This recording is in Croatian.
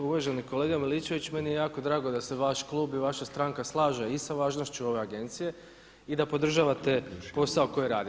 Uvaženi kolega Miličević, meni je jako drago da se vaš Klub i vaša stranka slaže i sa važnošću ove agencije i da podržavate posao koji radi.